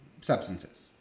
substances